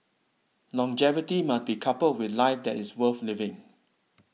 longevity must be coupled with a life that is worth living